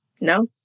No